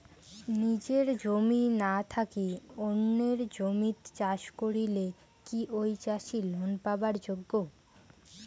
নিজের জমি না থাকি অন্যের জমিত চাষ করিলে কি ঐ চাষী লোন পাবার যোগ্য?